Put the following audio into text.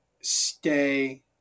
stay